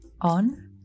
on